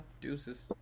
deuces